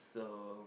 so